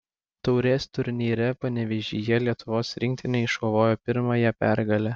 taurės turnyre panevėžyje lietuvos rinktinė iškovojo pirmąją pergalę